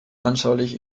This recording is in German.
anschaulich